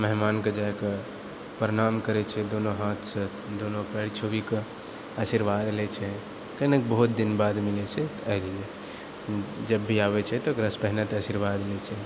मेहमानके जाकऽ प्रणाम करै छै दुनू हाथसँ दुनू पाएर छुबिकऽ आशीर्वाद लै छै कियाकि बहुत दिन बाद मिलै छै तऽ एहिलिए जब भी आबै छै तऽ ओकरासँ पहिने तऽ आशीर्वाद लै छै